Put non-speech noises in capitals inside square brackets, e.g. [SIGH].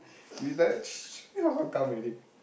you like [NOISE] confirm come already